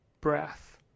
breath